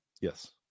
Yes